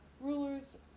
rulers